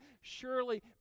Surely